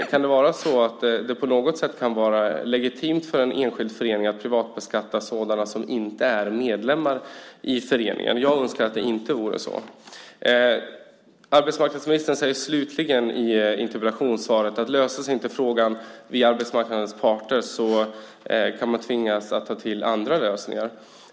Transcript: Kan det på något sätt vara legitimt för en enskild förening att privatbeskatta sådana som inte är medlemmar i föreningen? Jag önskar att det inte vore så. Arbetsmarknadsministern säger slutligen i interpellationssvaret att om frågan inte löses via arbetsmarknadens parter så kan man tvingas att ta till andra lösningar.